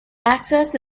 access